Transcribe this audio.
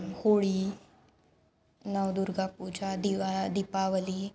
होळि नवदुर्गापूजा दिवा दीपावलि